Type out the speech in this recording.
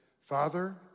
Father